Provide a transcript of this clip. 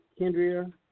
Kendria